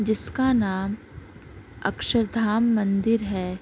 جس کا نام اکشردھام مندر ہے